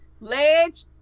Ledge